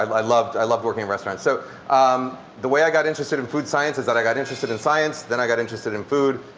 um i loved i loved working restaurants. so um the way i got interested in food science is that i got interested in science, then i got interested in food.